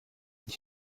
ich